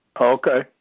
Okay